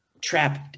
Trap